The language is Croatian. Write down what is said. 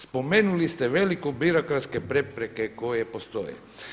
Spomenuli ste velike birokratske prepreka koje postoje.